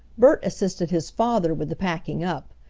bert assisted his father with the packing up,